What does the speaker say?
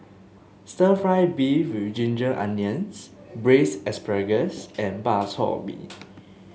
stir fry beef with Ginger Onions Braised Asparagus and Bak Chor Mee